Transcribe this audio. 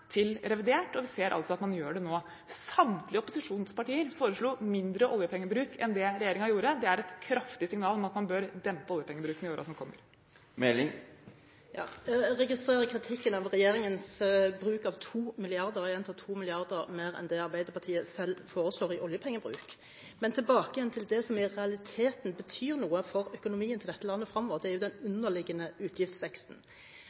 til revidert, og vi ser altså at man gjør det nå. Samtlige opposisjonspartier foreslo mindre oljepengebruk enn det regjeringen gjorde. Det er et kraftig signal om at man bør dempe oljepengebruken i årene som kommer. Jeg registrerer kritikken av regjeringens bruk av 2 mrd. kr – jeg gjentar: 2 mrd. kr – mer enn det Arbeiderpartiet selv foreslår i oljepengebruk. Men tilbake igjen til det som i realiteten betyr noe for økonomien til dette landet fremover: den